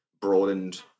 broadened